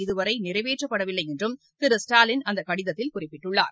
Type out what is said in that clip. இதுவரைநிறைவேற்றப்படவில்லைஎன்றும் திரு ஸ்டாலின் அந்தகடித்ததில் குறிப்பிட்டுள்ளார்